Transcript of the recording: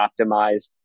optimized